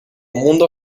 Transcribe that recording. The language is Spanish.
mundo